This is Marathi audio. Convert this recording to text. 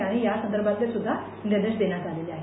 आणि यासंदर्भात सुद्धा निर्देश देण्यात आलेले आहेत